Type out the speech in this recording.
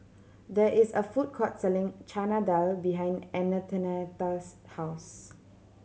there is a food court selling Chana Dal behind Antonetta's house